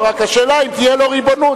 השאלה אם תהיה לו ריבונות,